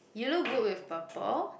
you look good with purple